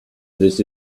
this